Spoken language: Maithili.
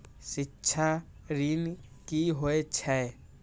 शिक्षा ऋण की होय छै?